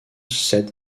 set